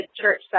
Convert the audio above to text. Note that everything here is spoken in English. church